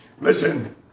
Listen